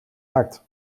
hard